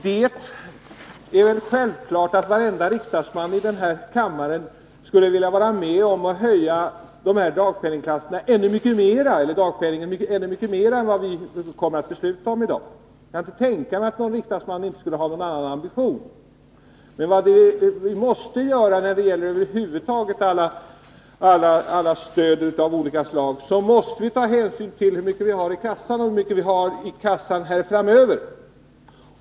Det är väl självklart att varenda ledamot av den här kammaren skulle vilja vara med om att höja dagpenningen ännu mycket mera än vad vi kommer att besluta om i dag. Jag kan inte tänka mig att någon riksdagsman skulle ha någon annan ambition. Men över huvud taget när det gäller stöd av olika slag måste vi ta hänsyn till hur mycket vi har i kassan och hur mycket vi har i kassan framöver.